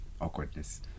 awkwardness